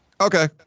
Okay